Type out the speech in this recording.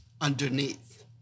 underneath